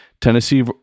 Tennessee